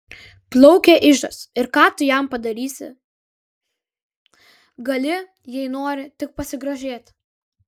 plaukia ižas ir ką tu jam padarysi gali jei nori tik pasigrožėti